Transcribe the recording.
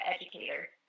educator